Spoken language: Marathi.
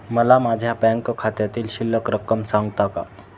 मला माझ्या बँक खात्यातील शिल्लक रक्कम सांगता का?